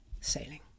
Sailing